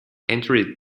entered